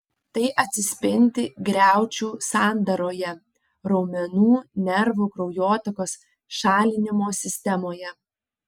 tai atsispindi griaučių sandaroje raumenų nervų kraujotakos šalinimo sistemoje